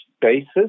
basis